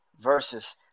versus